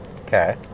Okay